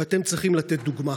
ואתם צריכים לתת דוגמה.